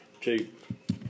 Cheap